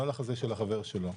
לא על החזה של החבר שלו.